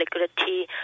liquidity